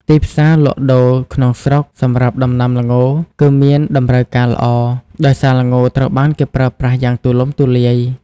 ទីផ្សារលក់ដូរក្នុងស្រុក សម្រាប់ដំណាំល្ងរគឺមានតម្រូវការល្អ ដោយសារល្ងត្រូវបានគេប្រើប្រាស់យ៉ាងទូលំទូលាយ។